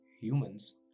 humans